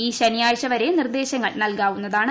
ഈ ശനിയാഴ്ച വരെ നിർദ്ദേശങ്ങൾ നൽകാവുന്നതാണ്